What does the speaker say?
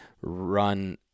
run